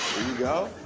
you go.